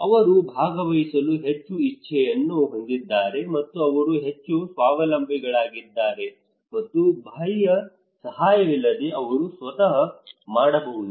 ಅವರು ಭಾಗವಹಿಸಲು ಹೆಚ್ಚು ಇಚ್ಛೆಯನ್ನು ಹೊಂದಿದ್ದಾರೆ ಮತ್ತು ಅವರು ಹೆಚ್ಚು ಸ್ವಾವಲಂಬಿಗಳಾಗಿದ್ದಾರೆ ಮತ್ತು ಬಾಹ್ಯ ಸಹಾಯವಿಲ್ಲದೆ ಅವರು ಸ್ವತಃ ಮಾಡಬಹುದು